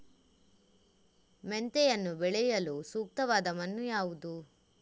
ಮೆಂತೆಯನ್ನು ಬೆಳೆಯಲು ಸೂಕ್ತವಾದ ಮಣ್ಣು ಯಾವುದು?